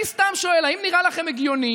אני סתם שואל: האם נראה לכם הגיוני